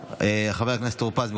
חבר הכנסת טור פז,